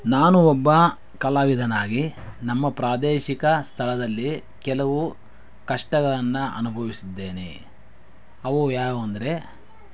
ನಾನು ಒಬ್ಬ ಕಲಾವಿದನಾಗಿ ನಮ್ಮ ಪ್ರಾದೇಶಿಕ ಸ್ಥಳದಲ್ಲಿ ಕೆಲವು ಕಷ್ಟಗಳನ್ನು ಅನುಭವಿಸಿದ್ದೇನೆ ಅವು ಯಾವುವು ಅಂದರೆ